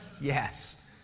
Yes